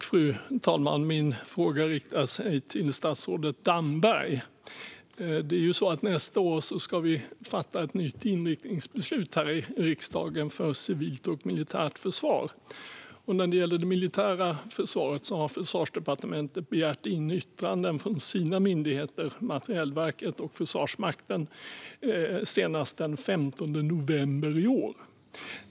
Fru talman! Min fråga riktar sig till statsrådet Damberg. Nästa år ska vi fatta ett nytt inriktningsbeslut här i riksdagen för ett civilt och militärt försvar. När det gäller det militära försvaret har Försvarsdepartementet begärt in yttranden från sina myndigheter Materielverket och Försvarsmakten senast den 15 november i år.